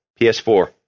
PS4